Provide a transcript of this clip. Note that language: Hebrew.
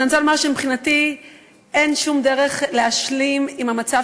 ואני רוצה לומר שמבחינתי אין שום דרך להשלים עם המצב